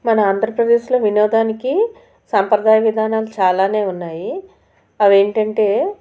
మన ఆంధ్రప్రదేశ్లో వినోదానికి సంప్రదాయ విధానాలు చాలానే ఉన్నాయి అవి ఏంటంటే